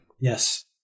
yes